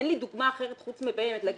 אין לי דוגמה אחרת חוץ מאשר לומר